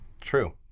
True